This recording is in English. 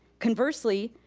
conversely,